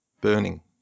burning